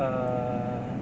err